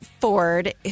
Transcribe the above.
Ford